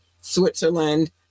switzerland